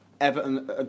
Everton